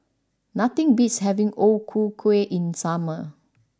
nothing beats having O Ku Kueh in the summer